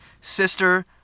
sister